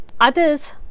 others